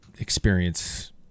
experience